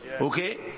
Okay